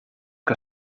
que